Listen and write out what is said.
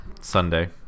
Sunday